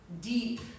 deep